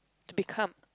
become